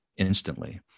Instantly